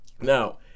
Now